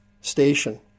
station